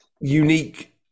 unique